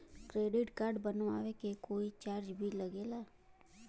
Credit card बनवावे के कोई चार्ज भी लागेला?